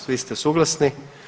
Svi ste suglasni.